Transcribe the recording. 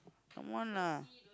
come on lah